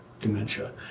dementia